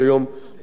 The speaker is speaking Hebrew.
אולי גם במשרדך,